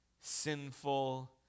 sinful